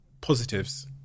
positives